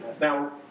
now